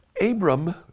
Abram